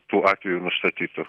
tų atvejų nustatyta